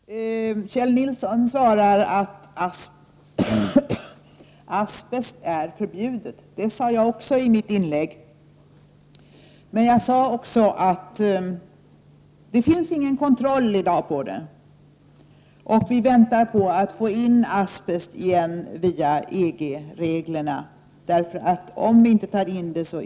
Herr talman! Kjell Nilsson svarar att asbest är förbjudet. Även jag påpekade detta i mitt inlägg, men jag sade också att det i dag inte finns någon kontroll på det området. Vi väntar nu på att asbest genom EG-reglerna på nytt skall komma in i landet.